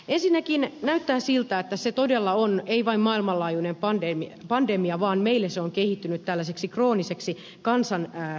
ensinnäkin näyttää siltä että se todella on ei vain maailmanlaajuinen pandemia vaan meillä se on kehittynyt tällaiseksi krooniseksi kansansairaudeksi